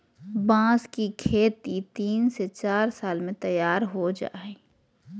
बांस की खेती तीन से चार साल में तैयार हो जाय हइ